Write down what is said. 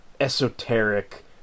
esoteric